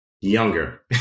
younger